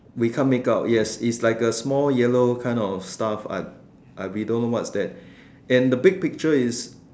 we can't make out yes it's like a small yellow kind of stuff but we don't know what's that and the big picture is